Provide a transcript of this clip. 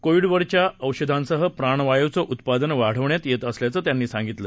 कोविडवरच्या औषधांसह प्राणवायूचं उत्पादन वाढवण्यात येत असल्याचं त्यांनी सांगितलं